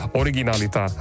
originalita